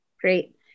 Great